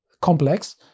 complex